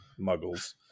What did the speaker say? muggles